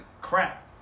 crap